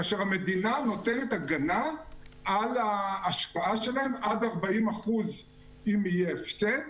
כאשר המדינה נותנת הגנה על ההשקעה שלהם עד 40% אם יהיה הפסד,